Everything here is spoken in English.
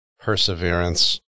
perseverance